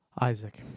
Isaac